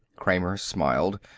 kramer smiled.